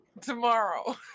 tomorrow